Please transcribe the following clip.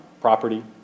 property